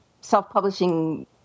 self-publishing